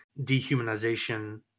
dehumanization